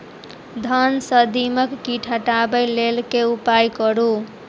धान सँ दीमक कीट हटाबै लेल केँ उपाय करु?